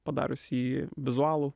padarius jį vizualų